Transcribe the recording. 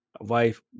wife